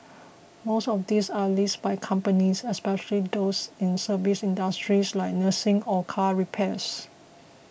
most of these are leased by companies especially those in service industries like nursing or car repairs